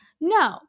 no